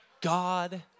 God